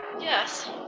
yes